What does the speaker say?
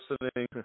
listening